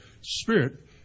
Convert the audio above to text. spirit